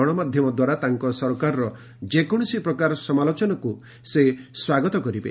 ଗଣମାଧ୍ୟମ ଦ୍ୱାରା ତାଙ୍କ ସରକାରର ଯେକୌଣସି ପ୍ରକାର ସମାଲୋଚନାକୁ ସେ ସ୍ୱାଗତ କରିବେ